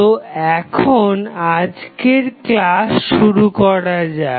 তো এখন আজকের ক্লাস শুরু করা যাক